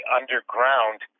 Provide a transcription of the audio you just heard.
underground